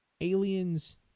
aliens